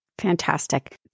Fantastic